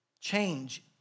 change